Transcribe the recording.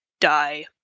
die